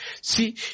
See